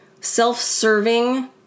self-serving